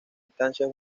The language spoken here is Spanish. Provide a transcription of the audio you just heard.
instancia